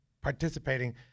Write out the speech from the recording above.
participating